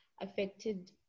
affected